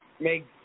make